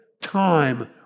time